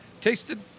tasted